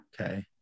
Okay